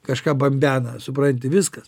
kažką bambena supranti viskas